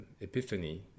epiphany